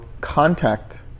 Contact